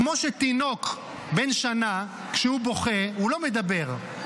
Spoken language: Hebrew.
כמו שתינוק בן שנה, כשהוא בוכה, הוא לא מדבר.